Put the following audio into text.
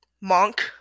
Monk